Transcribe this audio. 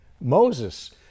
Moses